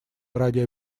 ради